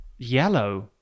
Yellow